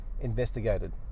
investigated